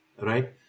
right